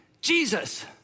Jesus